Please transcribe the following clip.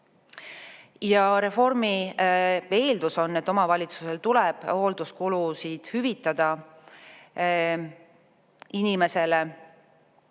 Reformi eeldus on, et omavalitsusel tuleb hoolduskulusid hüvitada inimesele,